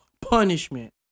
Punishment